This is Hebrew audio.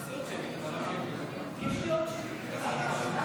להלן תוצאות ההצבעה: 33